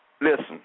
Listen